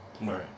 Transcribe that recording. Right